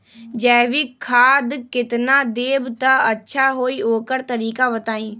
जैविक खाद केतना देब त अच्छा होइ ओकर तरीका बताई?